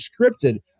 scripted